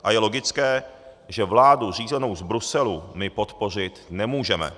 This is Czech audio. A je logické, že vládu řízenou z Bruselu my podpořit nemůžeme.